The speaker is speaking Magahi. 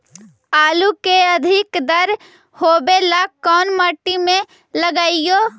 आलू के अधिक दर होवे ला कोन मट्टी में लगीईऐ?